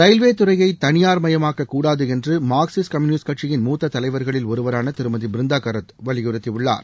railway துறையை தனியார்மயமாக்கக் கூடாது என்று மார்க்சிஸ்ட் கம்யூனிஸ்ட் கட்சியின் மூத்தத் தலைவர்களில் ஒருவரான திருமதி பிருந்தா காரத் வலியுறுத்தியுள்ளார்